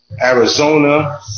Arizona